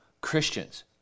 Christians